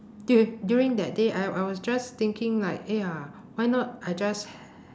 duri~ during that day I I was just thinking like ya why not I just